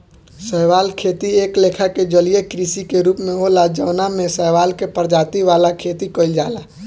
शैवाल खेती एक लेखा के जलीय कृषि के रूप होला जवना में शैवाल के प्रजाति वाला खेती कइल जाला